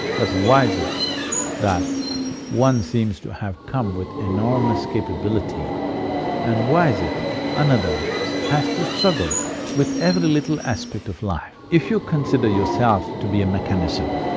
but why is it that one seems to have come with enormous capability and why is it another has to struggle with every little aspect of life? if you consider yourself to be a mechanism,